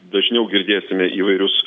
dažniau girdėsime įvairius